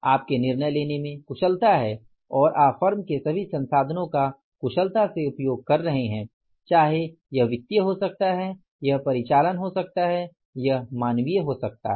आपके निर्णय लेने में कुशलता है और आप फर्म के सभी संसाधनों का कुशलता से उपयोग कर रहे हैं चाहे यह वित्तीय हो सकता है यह परिचालन हो सकता है यह मानवीय हो सकता है